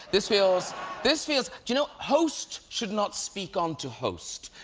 this feels this feels you know hosts should not speak on to hosts.